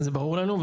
זה ברור לנו,